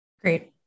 Great